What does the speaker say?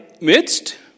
midst